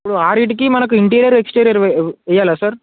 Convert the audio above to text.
ఇప్పుడు ఆరింటికి మనకు ఇంటీరియర్ ఎక్స్టిరియర్ వెయ్యాలా సార్